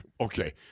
okay